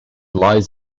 lies